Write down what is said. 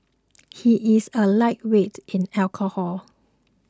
he is a lightweight in alcohol